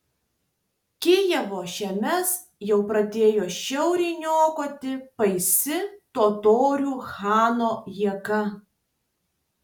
kijevo žemes jau pradėjo žiauriai niokoti baisi totorių chano jėga